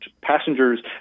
passengers